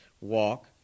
walk